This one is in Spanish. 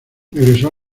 regresó